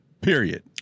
period